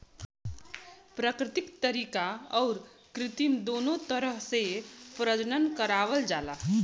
प्राकृतिक तरीका आउर कृत्रिम दूनो तरह से प्रजनन करावल जाला